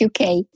uk